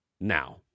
now